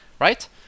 right